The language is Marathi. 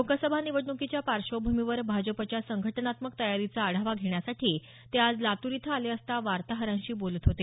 लोकसभा निवडण्कीच्या पार्श्वभूमीवर भाजपाच्या संघटनात्मक तयारीचा आढावा घेण्यासाठी ते आज लातूर इथं आले असता वार्ताहरांशी बोलत होते